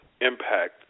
impact